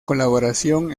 colaboración